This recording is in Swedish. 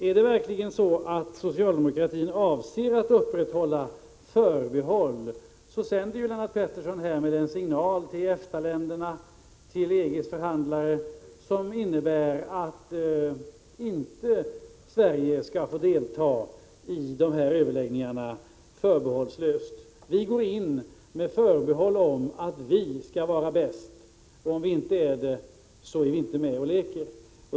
Avser verkligen socialdemokraterna att upprätthålla förbehåll, sänder Lennart Pettersson härmed en signal till EFTA-länderna och till EG:s förhandlare, som innebär att Sverige inte skall få delta i dessa överläggningar förbehållslöst. Vi går in med förbehåll om att vi skall vara bäst, och om vi inte får vara det är vi inte med och leker.